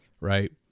right